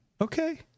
Okay